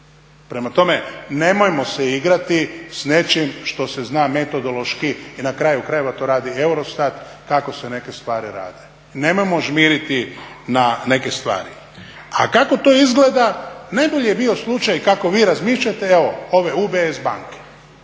Prema tome, nemojmo se igrati s nečim što se zna metodološki i na kraju krajeva, to radi eurostat, kako se neke stvari rade. Nemojmo žmiriti na neke stvari. A kako to izgleda, najbolji je bio slučaj kako vi razmišljate, evo, ove UBS banke.